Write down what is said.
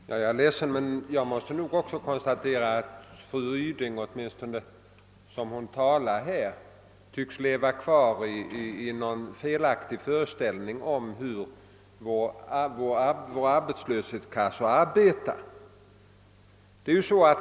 Herr talman! Jag är ledsen men jag måste nog också konstatera att fru Ryding — åtminstone att döma av hennes anförande här — tycks leva kvar i en felaktig föreställning om hur arbetslöshetskassorna arbetar.